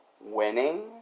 Winning